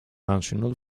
national